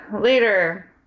Later